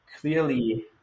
clearly